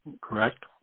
correct